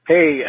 Hey